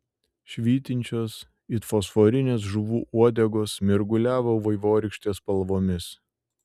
švytinčios it fosforinės žuvų uodegos mirguliavo vaivorykštės spalvomis